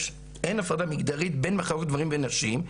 אין הפרדה מגדרית בין מחלקות גברים ונשים.